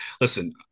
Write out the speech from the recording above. listen